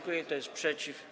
Kto jest przeciw?